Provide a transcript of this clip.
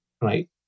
right